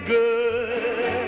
good